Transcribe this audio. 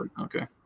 Okay